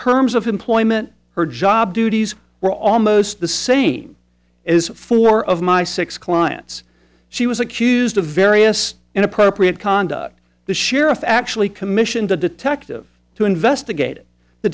terms of employment her job duties were almost the same as four of my six clients she was accused of various inappropriate conduct the sheriff actually commissioned a detective to investigate